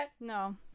no